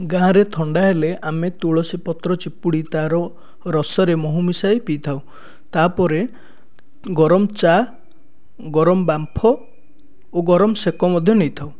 ଗାଁରେ ଥଣ୍ଡା ହେଲେ ଆମେ ତୁଳସୀ ପତ୍ର ଚିପୁଡ଼ି ତାର ରସରେ ମହୁ ମିଶାଇ ପିଇଥାଉ ତାପରେ ଗରମ ଚାହା ଗରମ ବାମ୍ଫ ଓ ଗରମ ସେକ ମଧ୍ୟ ନେଇଥାଉ